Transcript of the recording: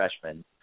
freshman